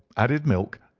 added milk,